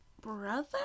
brother